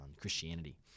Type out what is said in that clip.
Christianity